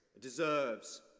deserves